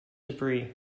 debris